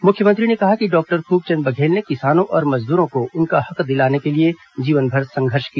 मुख्यमंत्री ने कहा कि डॉक्टर खूबचंद बघेल ने किसानों और मजदूरों को उनका हक दिलाने के लिए जीवनभर संघर्ष किया